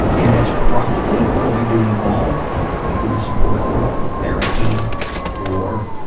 and that's probably going to involve going to a support group or therapy or,